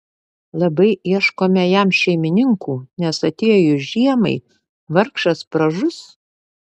labai ieškome jam šeimininkų nes atėjus žiemai vargšas pražus